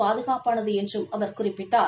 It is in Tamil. பாதுகாப்பானது என்றும் அவர் குறிப்பிட்டார்